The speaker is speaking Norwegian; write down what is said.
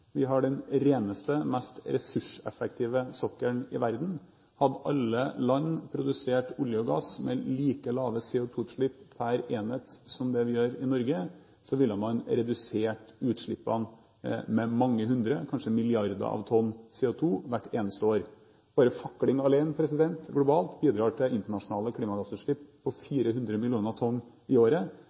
vi har den reneste og mest ressurseffektive sokkelen i verden. Hadde alle land produsert olje og gass med like lave CO2-utslipp per enhet som det vi gjør i Norge, ville man ha redusert utslippene med mange hundre – kanskje milliarder – tonn CO2 hvert eneste år. Fakling bidrar alene – globalt – til internasjonale klimagassutslipp på 400 millioner tonn i året.